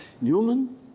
Newman